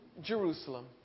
Jerusalem